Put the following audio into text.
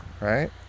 right